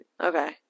Okay